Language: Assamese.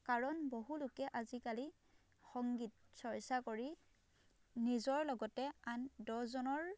কাৰণ বহু লোকে আজিকালি সংগীত চৰ্চা কৰি নিজৰ লগতে আন দহজনৰ